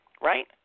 right